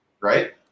Right